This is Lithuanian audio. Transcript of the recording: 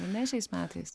ar ne šiais metais